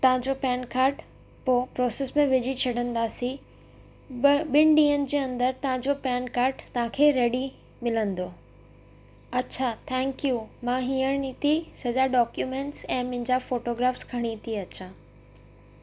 तव्हांजो PAN card पोइ process में विझी छॾींदासीं ॿ ॿिनि ॾींहनि जे अंदरि तव्हांजो पैन कॉर्ड तव्हांखे रेडी मिलंदो अछा थैंक यू मां हींअर ई थी सॼा डॉक्यूमेंट्स ऐं मुंहिंजा फ़ोटोग्राफ़्स खणी थी अचां